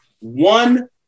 one